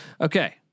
Okay